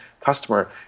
customer